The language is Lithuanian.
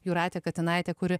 jūratė katinaitė kuri